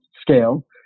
scale